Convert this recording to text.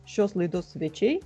šios laidos svečiai